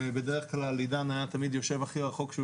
בדרך כלל עידן היה תמיד יושב הכי רחוק שהוא